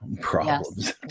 problems